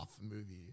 movie